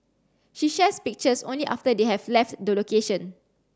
she shares pictures only after they have left the location